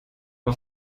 auf